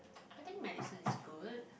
I think medicine is good